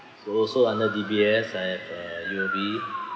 so also under D_B_S I have uh U_O_B